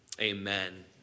amen